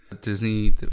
Disney